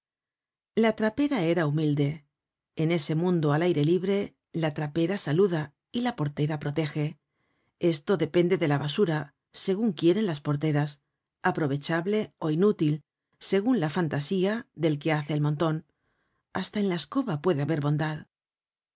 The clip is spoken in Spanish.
la trapera era humilde en ese mundo al aire libre la trapera saluda y la portera protege esto depende de la basura segun quieren las porteras aprovechable ó inútil segun la fantasía del que hace el monton hasta en la escoba puede haber bondad